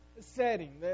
setting